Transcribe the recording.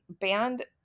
banned